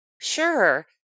Sure